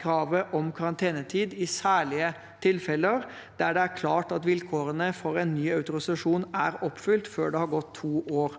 kravet om karantenetid i særlige tilfeller, der det er klart at vilkårene for ny autorisasjon er oppfylt før det har gått to år.